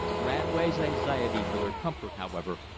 radway's anxiety for their comfort, however,